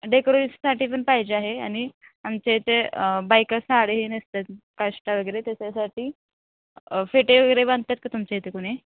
डेकोरेशनसाठी पण पाहिजे आहे आणि आमच्या इथे बायका साडीही नेसतात काष्टा वगैरे त्याच्यासाठी फेटे वगैरे बांधतात का तुमच्या इथे कुणी